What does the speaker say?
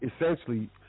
essentially